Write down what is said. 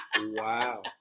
wow